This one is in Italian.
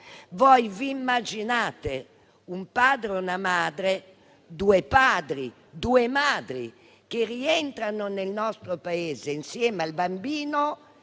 Voi vi immaginate un padre e una madre o due padri e due madri che rientrano nel nostro Paese insieme al bambino